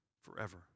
forever